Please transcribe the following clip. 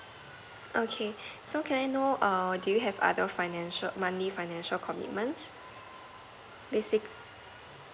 okay so can I know err do you have other financial money financial commitments basic